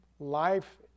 Life